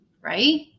right